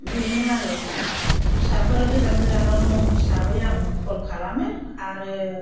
बेनो आरो फिसाफोर गोजान गोजानाव दं हिसाबै आं कल खालामो आरो